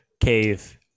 cave